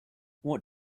what